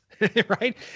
right